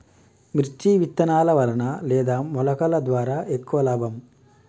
మిర్చి విత్తనాల వలన లేదా మొలకల ద్వారా ఎక్కువ లాభం?